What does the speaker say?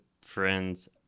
friends